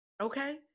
okay